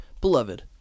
beloved